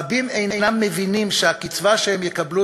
רבים אינם מבינים שהקצבה שהם יקבלו